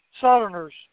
Southerners